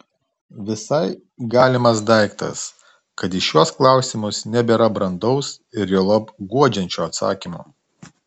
visai galimas daiktas kad į šiuos klausimus nebėra brandaus ir juolab guodžiančio atsakymo